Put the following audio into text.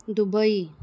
Dubai